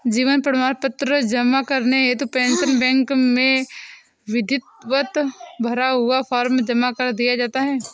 जीवन प्रमाण पत्र जमा करने हेतु पेंशन बैंक में विधिवत भरा हुआ फॉर्म जमा कर दिया जाता है